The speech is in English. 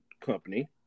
Company